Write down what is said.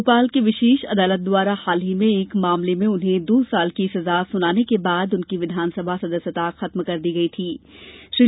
भोपाल की विशेष अदालत द्वारा हाल ही में एक मामले में उन्हें दो साल की सजा सुनाने के बाद उनकी विधानसभा सदस्यता खत्म कर दी गई थी